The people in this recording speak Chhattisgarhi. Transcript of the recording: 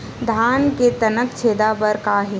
धान के तनक छेदा बर का हे?